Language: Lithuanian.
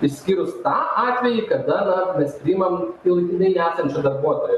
išskyrus tą atvejį kada na mes priimam pil jinai neesančio darbuotojo